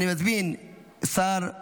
ותעבור לדיון